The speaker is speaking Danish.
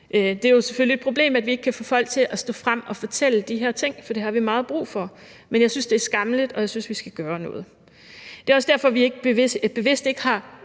Det er jo selvfølgelig et problem, at vi ikke kan få folk til at stå frem og fortælle de her ting, for det har vi meget brug for. Jeg synes, det skammeligt, og jeg synes, at vi skal gøre noget. Det er også derfor, at vi bevidst ikke har